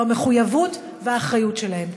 זאת המחויבות והאחריות שלהם.